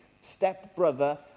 stepbrother